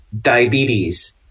diabetes